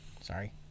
sorry